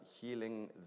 healing